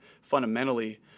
Fundamentally